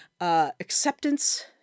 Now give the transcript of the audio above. acceptance